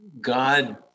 God